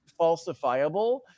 falsifiable